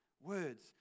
Words